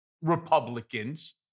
Republicans